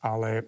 Ale